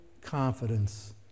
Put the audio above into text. confidence